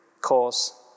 cause